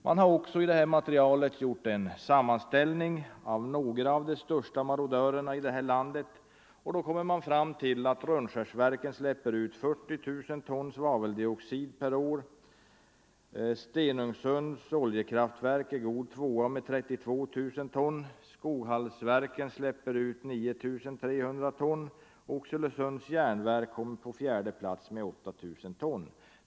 Naturvårdsverket har också gjort en sammanställning av några av de största marodörerna i det här landet och kommer då fram till att Rönnskärsverken släpper ut 40 000 ton svaveldioxid per år, Stenungsunds oljekraftverk är god tvåa med 32 000 ton, Skoghallsverken släpper ut 9 300 ton och Oxelösunds järnverk kommer på fjärde plats med 8 000 ton.